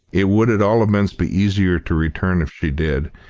it would at all events be easier to return if she did,